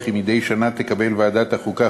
וכי מדי שנה תקבל ועדת החוקה,